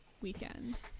weekend